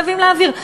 חייבים להעביר,